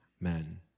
men